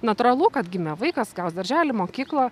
natūralu kad gimė vaikas gaus darželį mokyklą